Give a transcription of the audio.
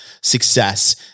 success